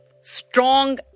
strong